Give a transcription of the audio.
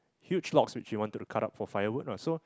huge logs which he wanted to cut up for firewood ah so